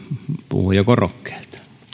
puhujakorokkeelta